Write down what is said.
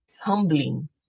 humbling